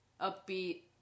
upbeat